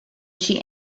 she